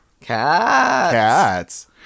Cats